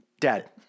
Dad